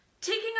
Taking